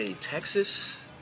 Texas